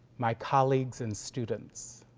my colleagues and students,